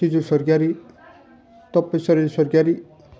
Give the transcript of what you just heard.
सिजु स्वर्गियारी थपेस्वर स्वर्गियारी